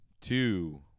two